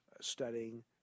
studying